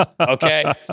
okay